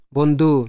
Bondu